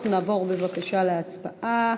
אנחנו נעבור, בבקשה, להצבעה